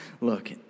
Look